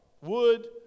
wood